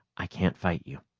i can't fight you.